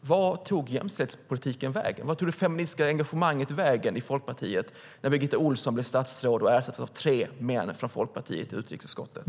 Vart tog jämställdhetspolitiken vägen? Vart tog det feministiska engagemanget vägen i Folkpartiet när Birgitta Ohlsson blev statsråd och ersattes av tre män från Folkpartiet i utrikesutskottet?